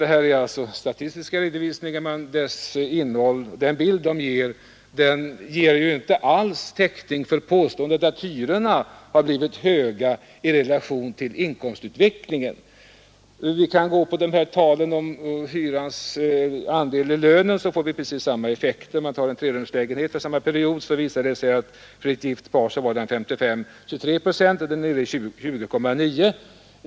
Det här är givetvis en statistisk redovisning. Men den bild man får ger inte alls täckning för påståendet att hyrorna blivit höga i relation till inkomstutvecklingen. Vi kan också använda de siffror som avser hyrans andel av lönen, och får då precis samma effekt. Det visar sig att hyran för en trerumslägenhet och den var 1970 nere i 20,9 procent av inkomsten.